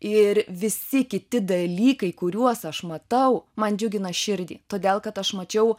ir visi kiti dalykai kuriuos aš matau man džiugina širdį todėl kad aš mačiau